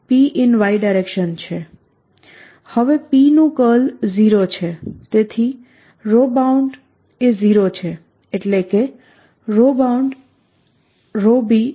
P નું curl 0 છે તેથી બાઉન્ડ b એ 0 છે